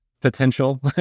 potential